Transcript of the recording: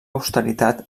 austeritat